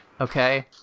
okay